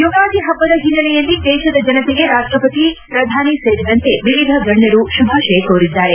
ಯುಗಾದಿ ಹಬ್ಬದ ಹಿನ್ನೆಲೆಯಲ್ಲಿ ದೇತದ ಜನತೆಗೆ ರಾಷ್ಟಪತಿ ಪ್ರಧಾನಿ ಸೇರಿದಂತೆ ವಿವಿಧ ಗಣ್ಣರು ಶುಭಾಶಯ ಕೋರಿದ್ದಾರೆ